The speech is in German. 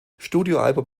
studioalbum